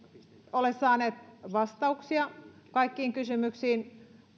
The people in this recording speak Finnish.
ole saaneet vastauksia kaikkiin kysymyksiin